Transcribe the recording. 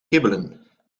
kibbelen